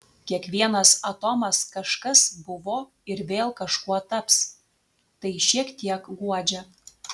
kiekvienas atomas kažkas buvo ir vėl kažkuo taps tai šiek tiek guodžia